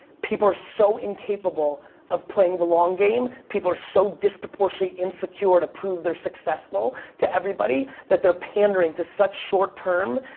people are so incapable of playing the long game. people are so disproportionately insecure to prove they're successful to everybody, that they're pandering to such short-term.